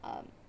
um